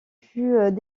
fut